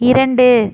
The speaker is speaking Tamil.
இரண்டு